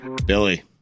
Billy